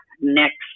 next